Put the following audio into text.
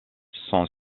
son